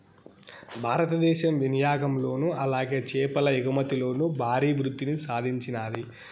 భారతదేశం వినియాగంలోను అలాగే చేపల ఎగుమతిలోను భారీ వృద్దిని సాధించినాది